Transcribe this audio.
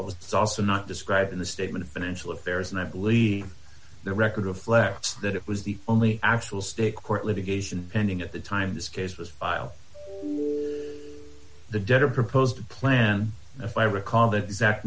was also not described in the statement of financial affairs and i believe the record reflects that it was the only actual state court litigation pending at the time this case was filed the debtor proposed plan if i recall the exact